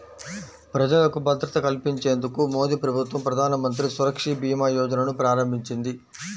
ప్రజలకు భద్రత కల్పించేందుకు మోదీప్రభుత్వం ప్రధానమంత్రి సురక్షభీమాయోజనను ప్రారంభించింది